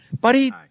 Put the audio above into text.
Buddy